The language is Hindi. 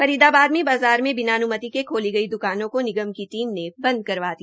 फरीदाबाद में बाज़ार मे बिना अन्मति के खोली द्कानों को निगम की टीम ने बद करवा दिया